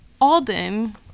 Alden